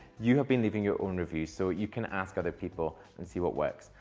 you have been leaving your own review. so you can ask other people and see what works.